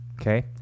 okay